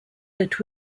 but